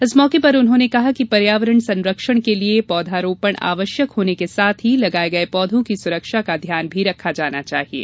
इस मौके पर उन्होंने कहा कि पर्यावरण संरक्षण के लिये पौधारोपण आवश्यक होने के साथ ही लगाये गये पौधों की सुरक्षा का ध्यान भी रखा जाना चाहिये